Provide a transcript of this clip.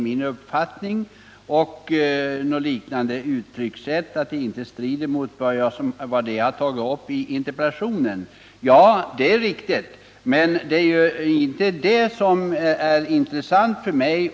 Ja, det är riktigt, men det är inte det intressanta för mig.